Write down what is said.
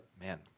man